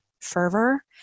fervor